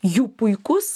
jų puikus